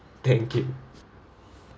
thank you